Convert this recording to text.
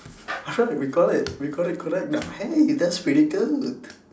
after all we got it we got it correct now hey that's pretty good